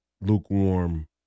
lukewarm